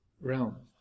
realm